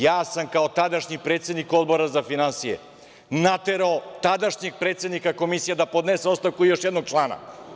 Ja sam kao tadašnji predsednik Odbora za finansije naterao tadašnjeg predsednika Komisije da podnese ostavku i još jednog člana.